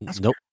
Nope